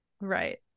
right